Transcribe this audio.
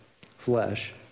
flesh